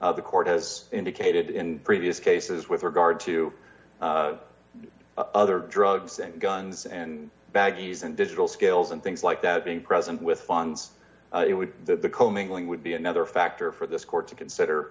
as the court has indicated in previous cases with regard to other drugs and guns and baggies and digital scales and things like that being present with funds it would be comingling would be another factor for this court to consider